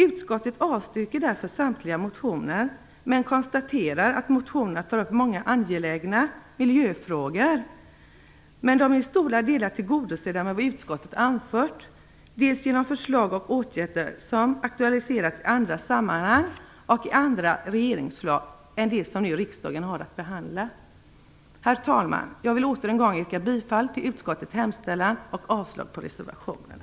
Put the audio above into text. Utskottet avstyrker därför samtliga motioner, men konstaterar att motionerna tar upp många angelägna miljöfrågor, men de är i stora delar tillgodosedda med vad utskottet anfört och också genom förslag och åtgärder som aktualiserats i andra sammanhang och i andra regeringsförslag än det som riksdagen nu har att behandla. Herr talman! Jag vill åter en gång yrka bifall till utskottets hemställan och avslag på reservationerna.